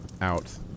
out